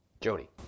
Jody